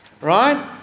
Right